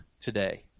today